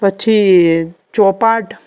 પછી ચોપાટ